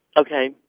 Okay